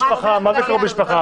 מה זה "קרוב משפחה"?